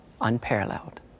unparalleled